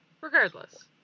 Regardless